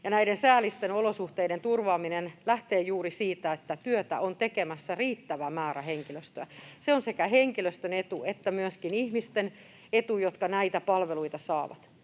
Näiden säällisten olosuhteiden turvaaminen lähtee juuri siitä, että työtä on tekemässä riittävä määrä henkilöstöä. Se on sekä henkilöstön etu että myöskin ihmisten etu, jotka näitä palveluita saavat.